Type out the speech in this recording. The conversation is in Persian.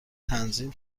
تنظیم